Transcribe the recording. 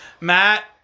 Matt